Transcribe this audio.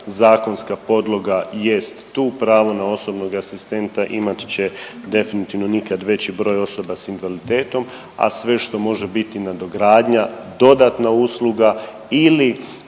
Zakonska podloga jest tu, pravo na osobnog asistenta imat će definitivno nikad veći broj osoba s invaliditetom, a sve što može biti nadogradnja, dodatna usluga ili